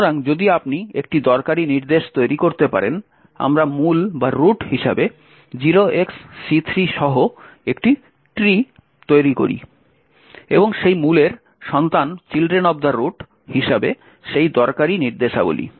সুতরাং যদি আপনি একটি দরকারী নির্দেশ তৈরি করতে পারেন আমরা মূল হিসাবে 0xC3 সহ একটি ট্রি তৈরি করি এবং সেই মূলের সন্তান হিসাবে সেই দরকারী নির্দেশাবলী